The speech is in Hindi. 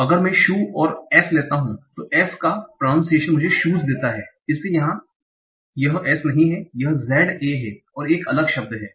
तो अगर मैं शु और s लेता हूं तो s का प्रनाऊनसीएशन मुझे शूस देता हैं इसलिए यहां यह s नहीं है यह z a है यह एक अलग शब्द है